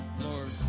Lord